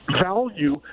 value